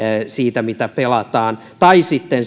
siitä mitä pelataan tai sitten